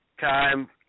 time